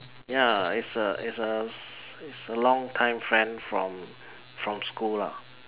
ya is a is a is a long time friend from from school lah